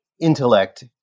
intellect